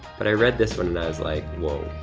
but i read this one and i was like, whoa,